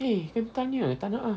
eh kentalnya tak nak ah